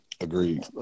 Agreed